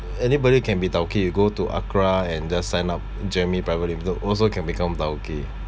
anybody can be tauke you go to ACRA and just sign up jimmy private resort also can become a tauke